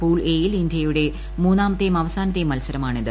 pool A യിൽ ഇന്ത്യയുടെ മൂന്നാമത്തേയും അവസാനത്തേയും മത്സരമാണിത്